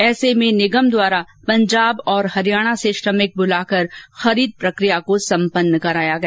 ऐसे में निगम द्वारा पंजाब और हरियाणा से श्रमिक बुलाकर खरीद प्रक्रिया को संपन्न कराया गया